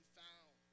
found